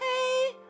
hey